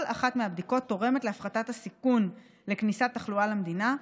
כל אחת מהבדיקות תורמת להפחתת הסיכון לכניסת תחלואה למדינה,